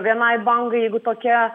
vienai bangai jeigu tokia